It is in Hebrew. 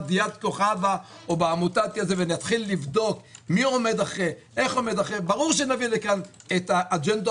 אחרת ולבדוק מי עומד אחרי ברור שנביא לכאן את האג'נדה